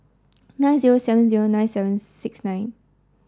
nine zero seven zero nine seven six nine